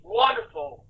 wonderful